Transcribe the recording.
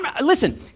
listen